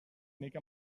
mica